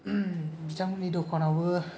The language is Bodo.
बिथांमोननि दखानाबो